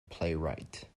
playwright